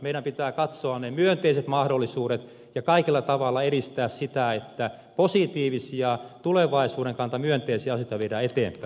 meidän pitää katsoa ne myönteiset mahdollisuudet ja kaikella tavalla edistää sitä että positiivisia tulevaisuuden kannalta myönteisiä asioita viedään eteenpäin